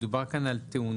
מדובר על תאונה